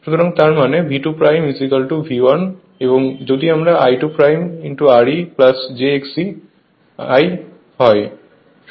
সুতরাং তার মানে V2 V 1 এবং যদি আমরা I2Re j Xe1